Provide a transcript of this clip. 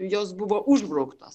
jos buvo užbrauktos